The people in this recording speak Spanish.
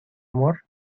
amor